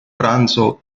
pranzo